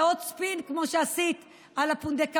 זה עוד ספין, כמו שעשית על הפונדקאות?